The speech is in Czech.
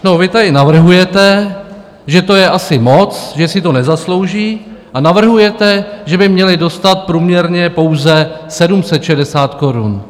No vy tady navrhujete, že to je asi moc, že si to nezaslouží, a navrhujete, že by měli dostat průměrně pouze 760 korun.